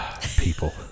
People